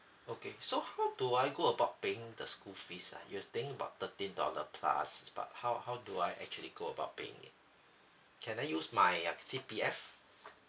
okay so how do I go about paying the school fees ah you're staying about thirteen dollar plus but how how do I actually go about paying it can I use my uh C_P_F